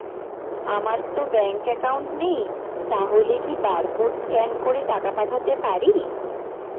আমারতো bank account নেই তাহলে কি কি বারকোড স্ক্যান করে টাকা পাঠাতে পারি?